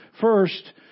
First